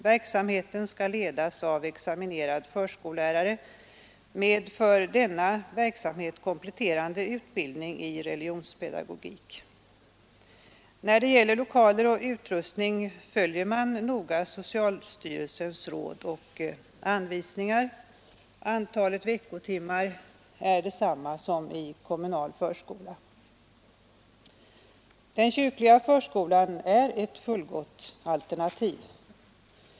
Verksamheten skall ledas av examinerad förskollärare med för denna verksamhet kompletterande utbildning i religionspedagogik. När det gäller lokaler och utrustning följer man noga socialstyrelsens råd och anvisningar. Antalet veckotimmar är detsamma som i kommunal förskola. Den kyrkliga förskolan är ett gott alternativ.